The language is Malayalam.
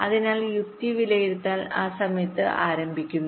അതിനാൽ യുക്തി വിലയിരുത്തൽ ആ സമയത്ത് ആരംഭിക്കുന്നു